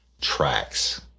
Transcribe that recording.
Tracks